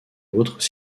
autres